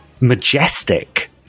majestic